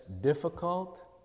difficult